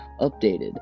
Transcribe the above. updated